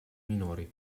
minori